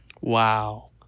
Wow